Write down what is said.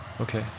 Okay